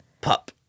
pup